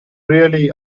really